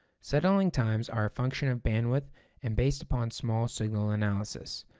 settling times are a function of bandwidth and based upon small-signal analysis,